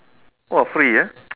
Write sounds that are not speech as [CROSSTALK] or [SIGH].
!wah! free eh [NOISE]